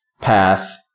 path